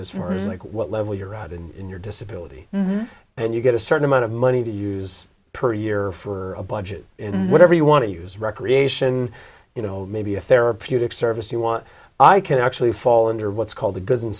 as like what level you're right in your disability and you get a certain amount of money to use per year for a budget in whatever you want to use recreation you know maybe a therapeutic service you want i can actually fall under what's called the goods and